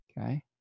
okay